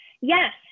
Yes